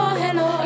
hello